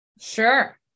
Sure